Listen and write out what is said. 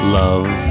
love